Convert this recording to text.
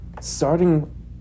starting